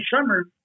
summer